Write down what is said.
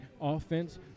offense